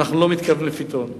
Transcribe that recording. אנו לא נתקרב לפתרון.